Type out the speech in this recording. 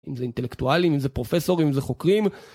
אם זה אינטלקטואלים, אם זה פרופסורים, אם זה חוקרים.